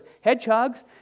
hedgehogs